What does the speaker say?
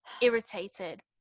irritated